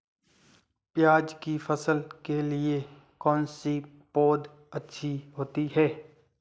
प्याज़ की फसल के लिए कौनसी पौद अच्छी होती है?